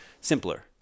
simpler